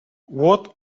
what